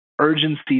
urgency